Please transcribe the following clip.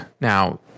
Now